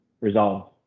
resolved